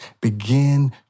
begin